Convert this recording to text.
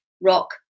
rock